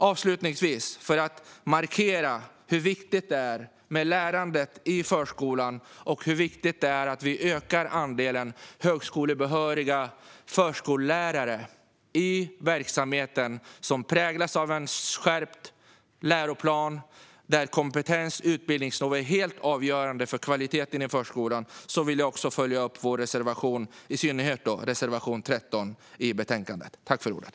Avslutningsvis, för att markera hur viktigt lärandet i förskolan är och hur viktigt det är att vi ökar andelen högskolebehöriga förskollärare i verksamheten, som styrs av en skärpt läroplan där kompetens och utbildningsnivå är helt avgörande för kvaliteten i förskolan, vill jag också yrka bifall till vår reservation 13 i betänkandet.